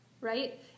right